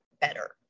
better